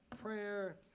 prayer